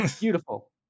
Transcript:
beautiful